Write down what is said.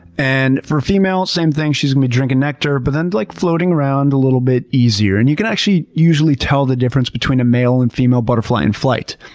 and for females, same thing, she's gonna be drinking nectar, but then like floating around a little bit easier. and you can actually usually tell the difference between a male and female butterfly in flight,